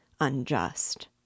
unjust